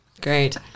Great